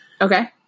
Okay